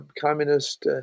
communist